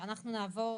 אנחנו נעבור